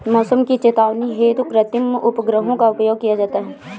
मौसम की चेतावनी हेतु कृत्रिम उपग्रहों का प्रयोग किया जाता है